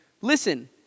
listen